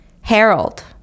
Harold